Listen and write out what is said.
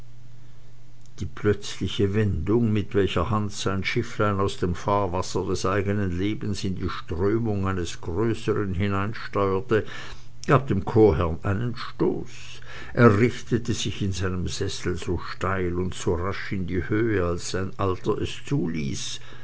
die plötzliche wendung mit welcher hans sein schifflein aus dem fahrwasser des eigenen lebens in die strömung eines größeren hineinsteuerte gab dem chorherrn einen stoß er richtete sich in seinem sessel so steil und so rasch in die höhe als sein alter es zuließ